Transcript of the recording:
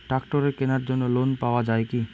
ট্রাক্টরের কেনার জন্য লোন পাওয়া যায় কি?